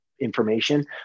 information